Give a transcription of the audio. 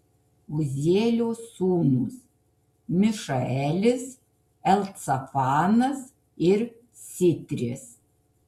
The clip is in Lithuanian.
uzielio sūnūs mišaelis elcafanas ir sitris